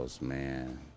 man